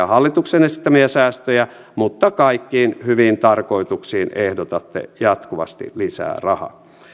hallituksen esittämiä säästöjä mutta kaikkiin hyviin tarkoituksiin ehdotatte jatkuvasti lisää rahaa